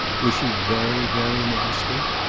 was she very very nasty?